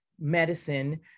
medicine